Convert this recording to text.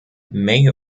may